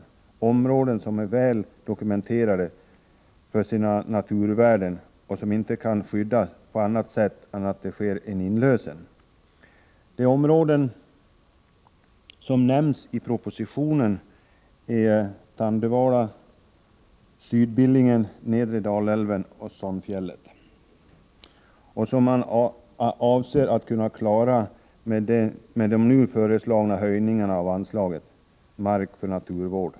Det gäller områden som är väl dokumenterade för sina naturvärden och som inte kan skyddas på annat sätt än genom en inlösen. De områden som nämns i propositionen är Tandövala, Sydbillingen, nedre Dalälven och Sånfjället. Dem avser man att kunna klara med de nu föreslagna höjningarna av anslaget Mark för naturvård.